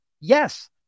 yes